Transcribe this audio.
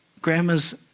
grandma's